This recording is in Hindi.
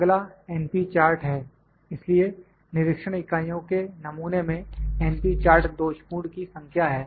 अगला np चार्ट है इसलिए निरीक्षण इकाइयों के नमूने में np चार्ट दोषपूर्ण की संख्या है